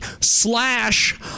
Slash